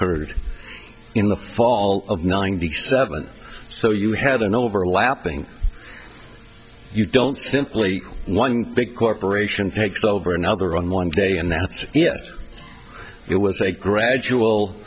occurred in the fall of ninety seven so you had an overlapping you don't simply one big corporation takes over another on one day and now it was a gradual